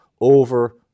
over